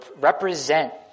represent